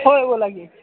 होय हो लागेल